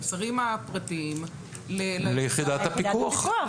נמסרים הפרטים ליחידת הפיקוח.